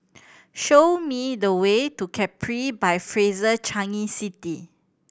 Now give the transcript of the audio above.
show me the way to Capri by Fraser Changi City